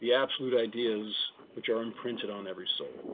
the absolute ideas which are imprinted on every soul.